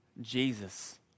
Jesus